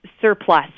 surplus